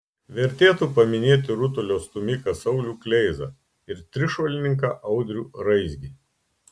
vertėtų paminėti rutulio stūmiką saulių kleizą ir trišuolininką audrių raizgį